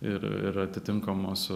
ir ir atitinkamos